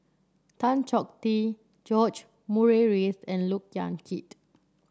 Tan Chong Tee George Murray Reith and Look Yan Kit